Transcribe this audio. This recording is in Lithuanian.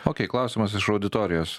okei klausimas iš auditorijos